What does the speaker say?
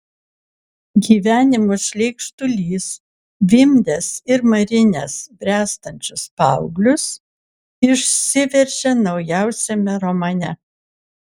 gyvenimo šleikštulys vimdęs ir marinęs bręstančius paauglius išsiveržė naujausiame romane